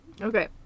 Okay